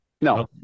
no